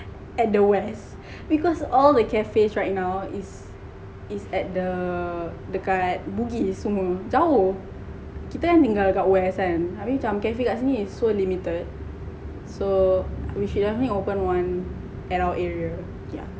at the west because all the cafes right now is is at the dekat bugis semua jauh kita kan tinggal kat west kan habis cam cafe dekat sini is so limited so we should open one at our area yeah